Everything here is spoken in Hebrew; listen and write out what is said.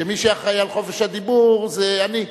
שמי אחראי לחופש הדיבור זה אני.